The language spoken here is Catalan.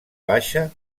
baixa